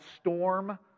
storm